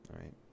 right